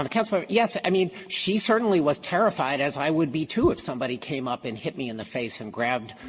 um kind of ah yes. i mean, she certainly was terrified, as i would be too, if somebody came up and hit me in the face and grabbed,